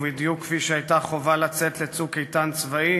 ובדיוק כפי שהייתה חובה לצאת לצוק איתן צבאי